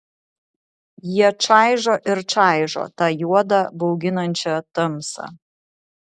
jie čaižo ir čaižo tą juodą bauginančią tamsą